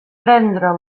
prendre